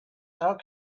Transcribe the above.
how